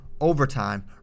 overtime